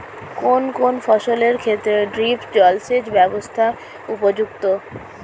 কোন কোন ফসলের ক্ষেত্রে ড্রিপ জলসেচ ব্যবস্থা উপযুক্ত?